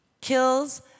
kills